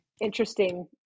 interesting